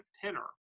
tenor